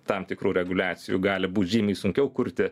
tam tikrų reguliacijų gali būti žymiai sunkiau kurti